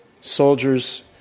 soldiers